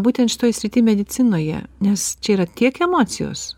būtent šitoj srity medicinoje nes čia yra tiek emocijos